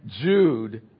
Jude